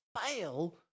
fail